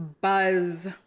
buzz